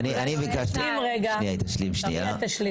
היא תשלים.